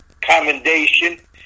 commendation